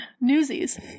Newsies